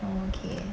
oh okay